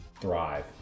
Thrive